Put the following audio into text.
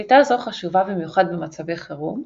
שליטה זו חשובה במיוחד במצבי חירום,